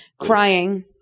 Crying